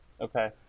Okay